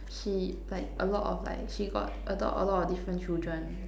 she like a lot of like she got adopt a lot of different children